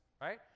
right